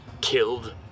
Killed